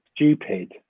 stupid